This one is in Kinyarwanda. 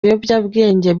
ibiyobyabwenge